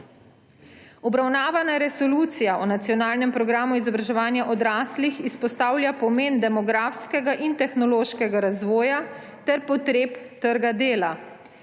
Obravnavana resolucija o nacionalnem programu izobraževanja odrastlih izpostavlja pomen demografskega in tehnološkega razvoja ter potreb trga dela.